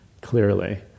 clearly